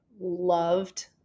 loved